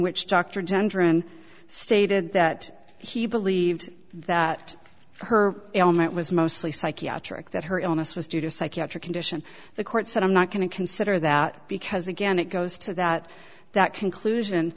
gendron stated that he believed that her ailment was mostly psychiatric that her illness was due to a psychiatric condition the court said i'm not going to consider that because again it goes to that that conclusion